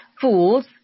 fools